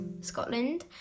scotland